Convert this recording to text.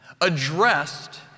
addressed